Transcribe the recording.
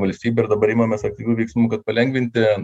valstybe ir dabar imamės aktyvių veiksmų kad palengvinti